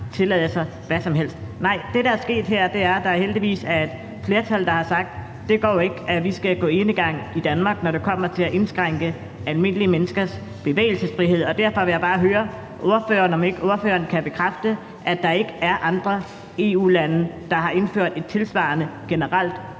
Nej, det, der er sket her, er, at der heldigvis er et flertal, der har sagt, at det ikke går, at vi skal gå enegang i Danmark, når det kommer til at indskrænke almindelige menneskers bevægelsesfrihed. Derfor vil jeg bare høre ordføreren, om ikke ordføreren kan bekræfte, at der ikke er andre EU-lande, der har indført et tilsvarende generelt